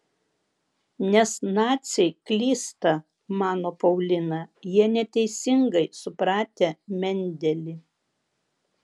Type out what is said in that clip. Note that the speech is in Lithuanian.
nes naciai klysta mano paulina jie neteisingai supratę mendelį